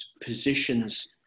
positions